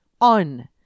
on